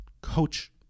coach